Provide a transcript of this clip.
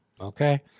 Okay